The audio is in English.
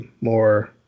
More